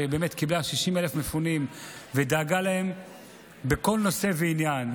קיבלה 60,000 מפונים ודאגה להם בכל נושא ועניין.